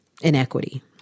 inequity